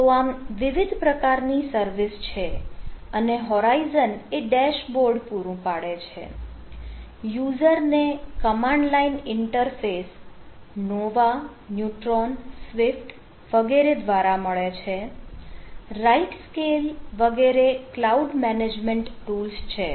તો આમ વિવિધ પ્રકારની સર્વિસ છે અને હોરાઇઝન છે